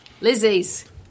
Lizzie's